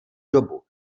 dobu